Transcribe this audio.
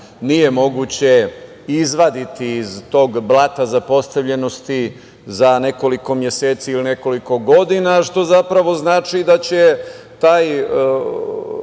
nije moguće izvaditi iz tog blata zapostavljenosti za nekoliko meseci ili nekoliko godina, što zapravo znači da će taj